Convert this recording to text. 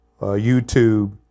YouTube